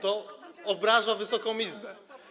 to obraża Wysoką Izbę.